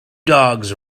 dogs